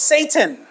Satan